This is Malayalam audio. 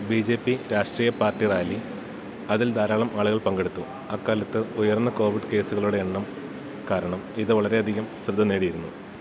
ബി ജെ പി രാഷ്ട്രീയ പാർട്ടി റാലി അതിൽ ധാരാളം ആളുകൾ പങ്കെടുത്തു അക്കാലത്ത് ഉയർന്ന കോവിഡ് കേസുകളുടെ എണ്ണം കാരണം ഇത് വളരെയധികം ശ്രദ്ധ നേടിയിരുന്നു